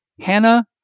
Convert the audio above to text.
Hannah